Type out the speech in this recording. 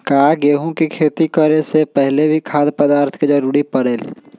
का गेहूं के खेती करे से पहले भी खाद्य पदार्थ के जरूरी परे ले?